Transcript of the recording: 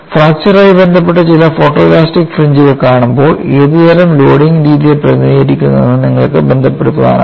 fracture ആയി ബന്ധപ്പെട്ട ചില ഫോട്ടോലാസ്റ്റിക് ഫ്രിഞ്ച്കൾ കാണുമ്പോൾ ഏത് തരം ലോഡിംഗ് രീതിയെ പ്രതിനിധീകരിക്കുന്നുവെന്ന് നിങ്ങൾക്ക് ബന്ധപ്പെടുത്താനാകും